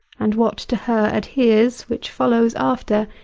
and what to her adheres, which follows after,